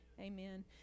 amen